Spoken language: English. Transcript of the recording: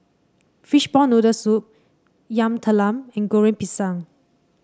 Fishball Noodle Soup Yam Talam and Goreng Pisang